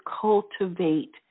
cultivate